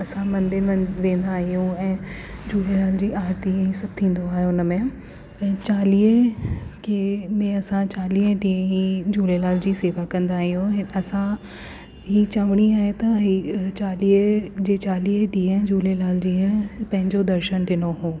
असां मंदरु वेंदा आहियूं ऐं झूलेलाल जी आर्ती इहे सभु थींदो आहे हुनमें ऐं चालीहे खे में असांजे चालीह ॾींहं ई झूलेलाल जी शेवा कंदा आहियूं हिन असां इहा चवणी आहे त इहो चालीहे जे चालीह ॾींहं झूलेलाल जी पंहिंजो दर्शन ॾिनो हुओ